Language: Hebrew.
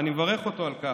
ואני מברך אותו על כך,